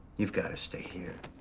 you've got to stay here.